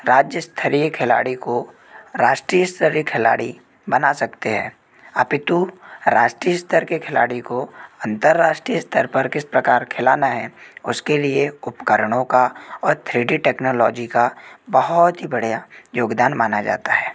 राज्य स्थलीय खिलाड़ी को राष्ट्रीय स्तरीय खिलाड़ी बना सकते हैं अपितु रास्ट्रीय स्तर के खिलाड़ी को अन्तर्रास्ट्रीय स्तर पर किस प्रकार खिलाना है उसके लिए उपकरणों का और थ्री डी टेक्नोलॉजी का बहुत ही बढ़िया योगदान माना जाता है